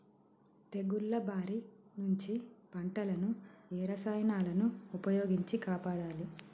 తెగుళ్ల బారి నుంచి పంటలను ఏ రసాయనాలను ఉపయోగించి కాపాడాలి?